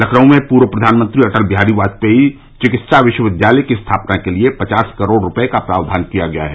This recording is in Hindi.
लखनऊ में पूर्व प्रधानमंत्री अटल बिहारी वाजपेई चिकित्सा विश्वविद्यालय की स्थापना के लिये पचास करोड़ रूपये का प्रावधान किया गया है